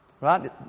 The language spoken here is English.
right